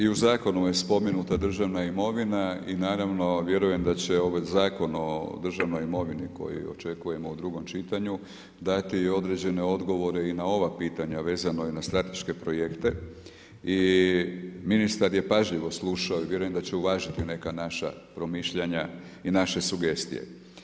I u zakonu je spomenuta državna imovina i naravno vjerujem da će i ova Zakon o državnoj imovini koji očekujemo u drugom čitanju dati određene odgovore i na ova pitanja vezano je na strateške projekte i ministar je pažljivo slušao i vjerujem da će u važiti neka naša promišljanja i naše sugestije.